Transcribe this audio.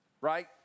right